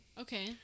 Okay